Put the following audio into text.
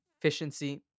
efficiency